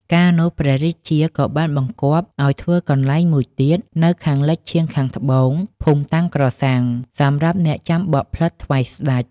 កាលនោះ ព្រះរាជាក៏បានបង្គាប់ឲ្យធ្វើកន្លែងមួយទៀត នៅខាងលិចឈាងខាងត្បូង ភូមិតាំងក្រសាំង សម្រាប់អ្នកចាំបក់ផ្លិតថ្វាយស្ដេច